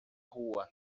rua